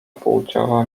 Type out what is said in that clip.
płciowa